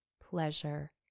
pleasure